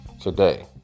today